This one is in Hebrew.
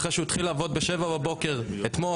אחרי שהוא התחיל לעבוד ב-07:00 אתמול,